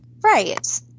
right